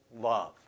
love